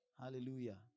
Hallelujah